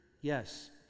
Yes